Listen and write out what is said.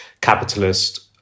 capitalist